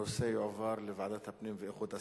הנושא יועבר לוועדת הפנים והגנת הסביבה.